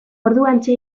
orduantxe